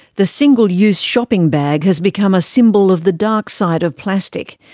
the single-use shopping bag has become a symbol of the dark side of plastic,